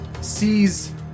sees